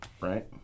right